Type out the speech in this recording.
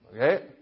Okay